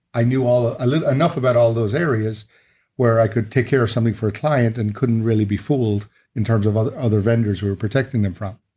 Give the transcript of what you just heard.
i knew ah enough about all those areas where i could take care of something for a client and couldn't really be fooled in terms of other other vendors we're protecting them from.